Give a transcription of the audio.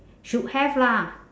should have lah